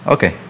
Okay